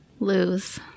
Lose